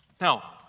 Now